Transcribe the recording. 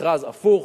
מכרז הפוך,